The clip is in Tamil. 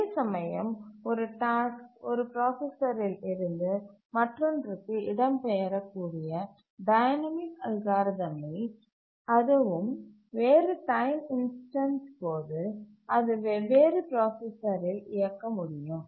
அதேசமயம் ஒரு டாஸ்க் ஒரு பிராசசரில் இருந்து மற்றொன்றுக்கு இடம்பெயரக்கூடிய டைனமிக் அல்காரிதமில் அதுவும் வேறு டைம் இன்ஸ்டன்ஸ் போது அது வெவ்வேறு பிராசசரில் இயக்க முடியும்